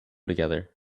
together